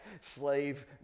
slave